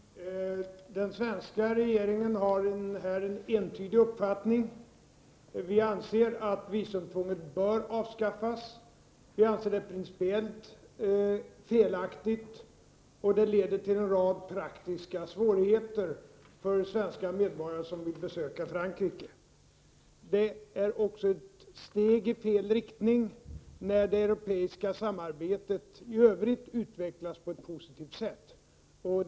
Herr talman! Den svenska regeringen har här en entydig uppfattning. Vi anser att visumtvånget bör avskaffas, vi anser det principiellt felaktigt, och visumtvånget leder till en rad praktiska svårigheter för svenska medborgare som vill besöka Frankrike. Visumtvånget är också ett steg i fel riktning, när det europeiska samarbetet i övrigt utvecklas på ett positivt sätt.